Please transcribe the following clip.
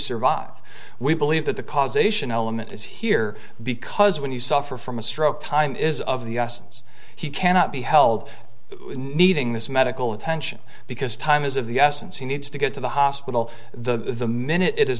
survive we believe that the causation element is here because when you suffer from a stroke time is of the essence he cannot be held needing this medical attention because time is of the essence he needs to get to the hospital the the minute it